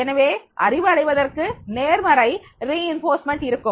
எனவே அறிவு அடைவதற்கு நேர்மறை வலுவூட்டல் இருக்கும்